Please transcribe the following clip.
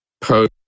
post